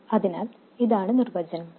അതിനാൽ ഇതാണ് നിർവചനം